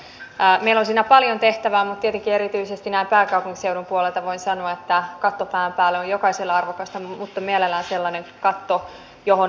meillä on siinä paljon tehtävää mutta tietenkin erityisesti näin pääkaupunkiseudun puolelta voin sanoa että katto pään päällä on jokaiselle arvokasta mutta mielellään sellainen katto johon on varaa